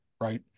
Right